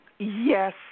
Yes